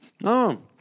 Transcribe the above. No